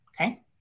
Okay